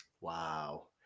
Wow